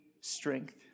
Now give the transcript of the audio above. strength